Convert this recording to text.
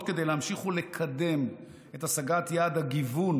כדי להמשיך ולקדם את השגת יעד הגיוון